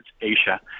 Asia